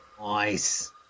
Nice